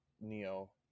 Neo